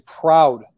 proud